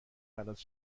خلاص